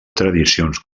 tradicions